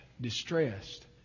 distressed